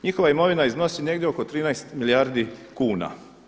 Njihova imovina iznosi negdje oko 13 milijardi kuna.